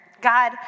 God